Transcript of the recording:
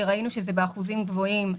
שראינו שזה באחוזים גבוהים,